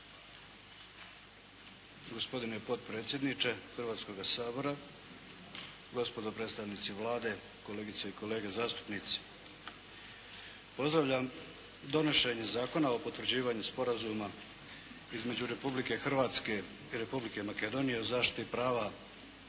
Gospodine potpredsjedniče Hrvatskoga sabora, gospodo predstavnici Vlade, kolegice i kolege zastupnici. Pozdravljam donošenje Zakona o potvrđivanju Sporazuma između Republike Hrvatske i Republike Makedonije o zaštiti prava hrvatske